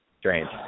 Strange